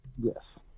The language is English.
Yes